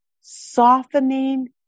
softening